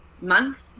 month